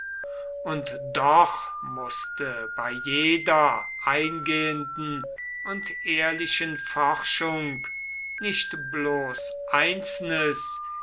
und doch mußte bei jeder eingehenden und ehrlichen forschung nicht bloß einzelnes